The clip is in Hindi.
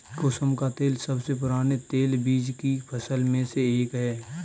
कुसुम का तेल सबसे पुराने तेलबीज की फसल में से एक है